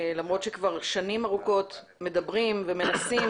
למרות שכבר שנים ארוכות מדברים ומנסים